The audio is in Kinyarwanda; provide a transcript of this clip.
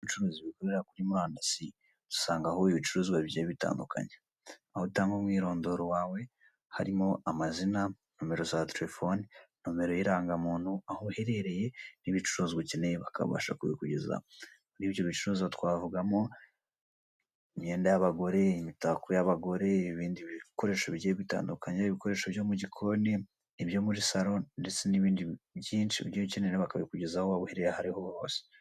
Ubucuruzi bukorera kuri marandasi usangaho ibicuruzwa bigiye bitandukanye aho utanga umwirondoro wawe harimo amazina, nomero za telefoni, nomero y'irangamuntu, aho uherereye n'ibicuruzwa ukeneye bakabasha kubikugezaho muri ibyo bicuruzwa twavugamo: imyenda y'abagore, imitako y'abagore n'ibindi bikoresho bigiye bitandukanyekanya, ibikoresho byo mu gikoni, ibyo muri salo ndetse n'ibindi byinshi ugiye ukenera bakabikugezaho aha ariho hose.